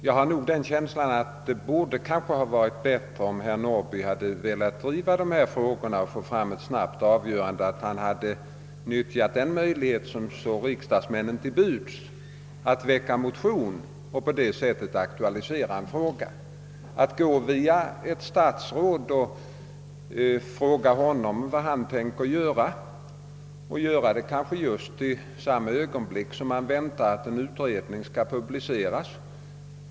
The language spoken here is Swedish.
Jag har den känslan att det varit bättre, om herr Norrby velat driva dessa frågor och få fram ett snabbt avgörande, att herr Norrby utnyttjat den möjlighet som står riksdagsmännen till buds att aktualisera en fråga genom att väcka motion. Herr Norrby borde inse att den rätta vägen inte är att gå via ett statsråd och fråga honom vad han tänker göra — kanske just i samma ögonblick som man väntar att en utredning skall publiceras.